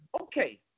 okay